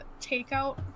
takeout